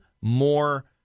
more